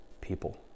people